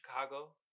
Chicago